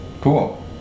cool